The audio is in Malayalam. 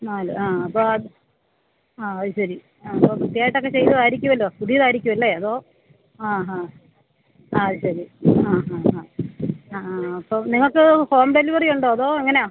നാല് ആ ആ അതുശരി ആ അപ്പോള് വൃത്തിയായിട്ടൊക്കെ ചെയ്തതായിരിക്കുമല്ലോ പുതിയതായിരിക്കും അല്ലെ അതോ ആ ഹാ അതുശരി ആ ആ ആ ആ ആ അപ്പം നിങ്ങള്ക്ക് ഹോം ഡെലിവെറി ഉണ്ടോ അതോ എങ്ങനെയാണ്